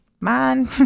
Man